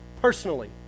personally